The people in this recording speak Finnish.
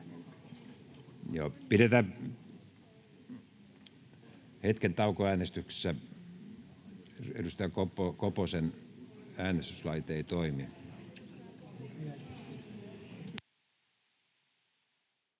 Pidetään hetken tauko äänestyksissä. Edustaja Ari Koposen äänestyslaite ei toimi.